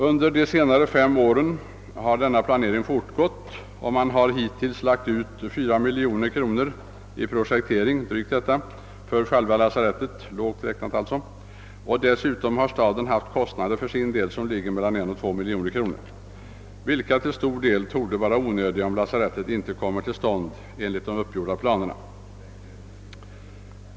Under de senaste fem åren har denna planering fortgått, och man har hittills lagt ut fyra miljoner kronor i projektering för själva lasarettet, lågt räknat, och dessutom har staden haft kostnader för sin del som ligger mellan en och två miljoner kronor. Dessa projekteringskostnader torde till stor del vara onödiga, om lasarettet inte kommer till stånd enligt de uppgjorda planerna.